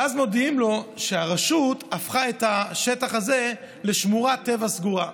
ואז מודיעים לו שהרשות הפכה את השטח הזה לשמורת טבע סגורה.